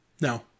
No